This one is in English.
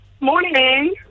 Morning